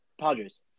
Padres